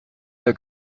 der